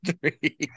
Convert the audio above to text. three